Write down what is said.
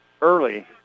early